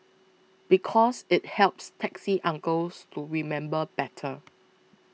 because it helps taxi uncles to remember better